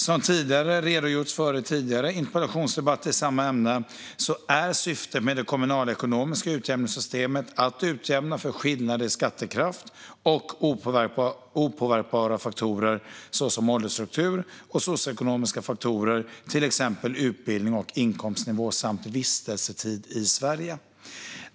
Som tidigare redogjorts för i tidigare interpellationsdebatt i samma ämne är syftet med det kommunalekonomiska utjämningssystemet att utjämna för skillnader i skattekraft och opåverkbara faktorer såsom åldersstruktur och socioekonomiska faktorer, till exempel utbildnings och inkomstnivå samt vistelsetid i Sverige.